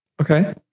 Okay